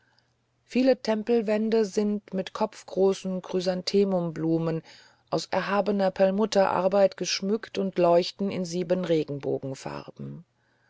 viele tempelwände sind mit kopfgroßen chrysanthemumblumen aus erhabener perlmutterarbeit geschmückt und leuchten in sieben regenbogenfarben